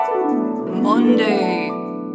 Monday